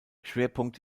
schwerpunkt